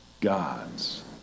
God's